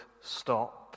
stop